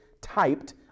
typed